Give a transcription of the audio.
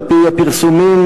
על-פי הפרסומים,